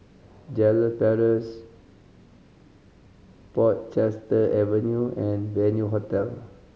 Jalan Paras Portchester Avenue and Venue Hotel